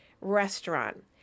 restaurant